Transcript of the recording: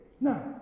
Now